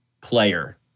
player